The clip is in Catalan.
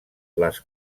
les